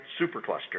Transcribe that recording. supercluster